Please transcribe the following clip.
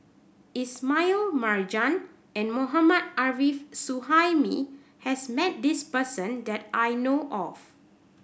Ismail Marjan and Mohammad Arif Suhaimi has met this person that I know of